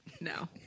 No